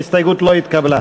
ההסתייגות לא התקבלה.